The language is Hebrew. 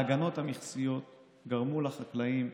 ההגנות המכסיות גרמו לחקלאים,